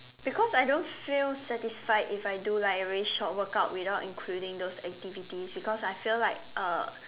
because I don't feel satisfied if I do like very short workout without including those activities because I feel like uh